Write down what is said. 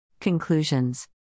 Conclusions